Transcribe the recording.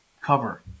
cover